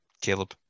Caleb